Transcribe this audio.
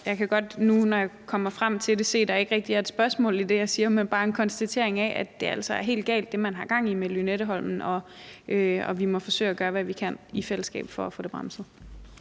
Jeg kan godt, når jeg nu kommer frem til det, se, at der ikke rigtig er et spørgsmål i det, jeg siger, men bare en konstatering af, at det, man har gang i med Lynetteholmen, altså er helt galt, og at vi fællesskab må forsøge